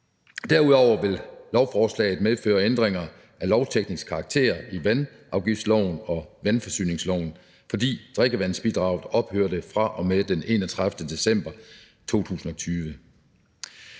Derudover vil lovforslaget medføre ændringer af lovteknisk karakter i vandafgiftsloven og vandforsyningsloven, fordi drikkevandsbidraget ophørte fra og med den 31. december 2020.